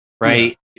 Right